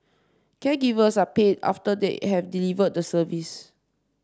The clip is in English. caregivers are paid after they have delivered the service